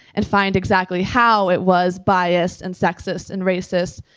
and find exactly how it was biased and sexist, and racist.